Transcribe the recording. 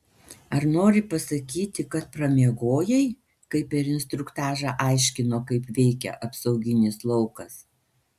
ar nori pasakyti kad pramiegojai kai per instruktažą aiškino kaip veikia apsauginis laukas